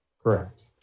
Correct